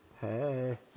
Hey